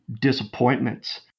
disappointments